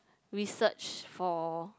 research for